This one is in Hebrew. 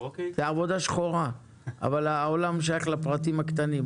זו עבודה שחורה אבל העולם שייך לפרטים הקטנים,